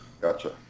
Gotcha